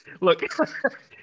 Look